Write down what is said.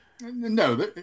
No